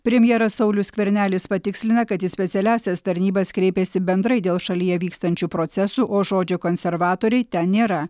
premjeras saulius skvernelis patikslina kad į specialiąsias tarnybas kreipėsi bendrai dėl šalyje vykstančių procesų o žodžio konservatoriai ten nėra